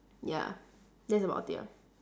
ya that's about it ah